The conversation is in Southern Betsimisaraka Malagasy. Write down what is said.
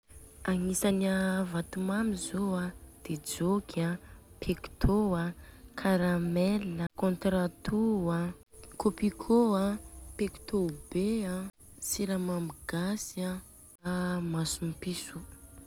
Agnisany a vato mamy zô a de jôky an, pectô an, karamel, kôntrato, kopikô an, pectô be an, siramamy gasy an, a masompiso.